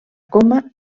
coma